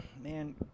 man